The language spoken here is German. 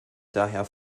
daher